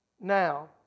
now